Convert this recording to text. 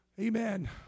amen